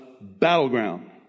battleground